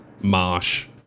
Marsh